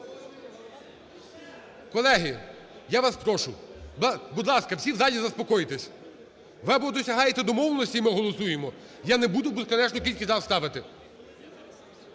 Колеги, я вас прошу, будь ласка, всі в залі заспокойтесь. Ви або досягаєте домовленості, і ми голосуємо… Я не буду безкінечну кількість раз ставити.